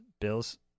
Bill's